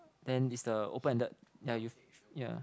and is the open ended yeah you yeah